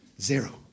Zero